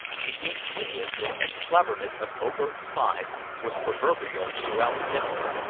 the ingeniousness and cleverness of oberg's spies was proverbial throughout finland,